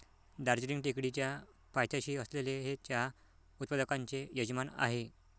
दार्जिलिंग टेकडीच्या पायथ्याशी असलेले हे चहा उत्पादकांचे यजमान आहे